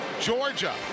Georgia